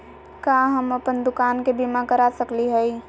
का हम अप्पन दुकान के बीमा करा सकली हई?